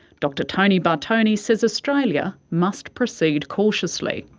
dr tony bartone says australia must proceed cautiously.